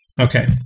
Okay